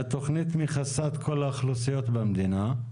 תוודאו שהתוכנית מכסה את כל האוכלוסיות במדינה.